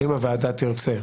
אם הוועדה תרצה,